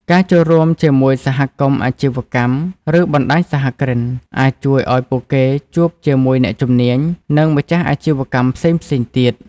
ការចូលរួមជាមួយសមាគមអាជីវកម្ម ឬបណ្តាញសហគ្រិន អាចជួយឱ្យពួកគេជួបជាមួយអ្នកជំនាញ និងម្ចាស់អាជីវកម្មផ្សេងៗទៀត។